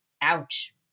Ouch